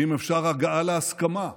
ואם אפשר, הגעה להסכמה,